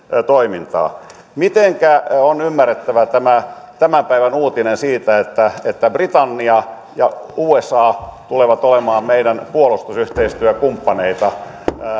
toimintaa mitenkä on ymmärrettävä tämän päivän uutinen siitä että että britannia ja usa tulevat olemaan meidän puolustusyhteistyökumppaneitamme